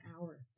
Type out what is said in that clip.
hour